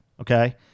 Okay